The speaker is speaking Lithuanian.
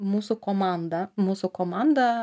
mūsų komanda mūsų komanda